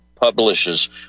publishes